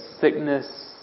sickness